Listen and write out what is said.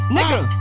Nigga